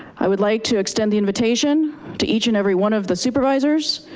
i would like to extend the invitation to each and every one of the supervisors